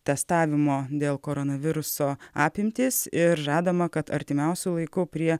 testavimo dėl koronaviruso apimtys ir žadama kad artimiausiu laiku prie